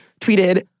tweeted